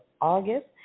August